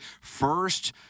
First